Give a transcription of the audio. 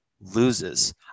loses